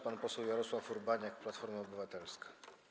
Pan poseł Jarosław Urbaniak, Platforma Obywatelska.